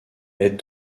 est